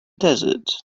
desert